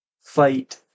fight